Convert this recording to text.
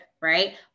Right